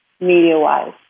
media-wise